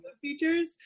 features